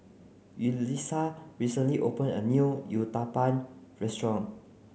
Yulisa recently opened a new Uthapam restaurant